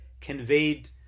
conveyed